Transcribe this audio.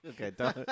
Okay